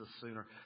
sooner